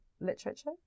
literature